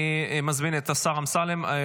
אני מזמין את השר אמסלם,